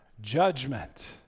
judgment